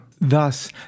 Thus